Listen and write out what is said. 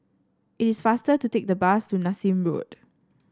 it is faster to take the bus to Nassim Road